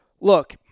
Look